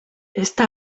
está